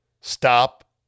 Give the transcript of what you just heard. Stop